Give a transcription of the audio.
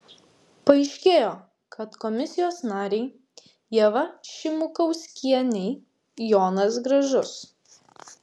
paaiškėjo kad komisijos narei ieva šimukauskienei jonas gražus